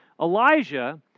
Elijah